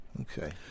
Okay